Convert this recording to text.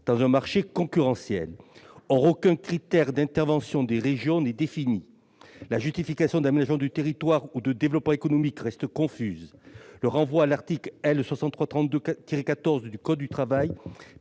dans un marché concurrentiel. Or aucun critère d'intervention des régions n'est défini. La justification d'aménagement du territoire ou de développement économique reste confuse. Le renvoi à l'article L. 6332-14 du code du travail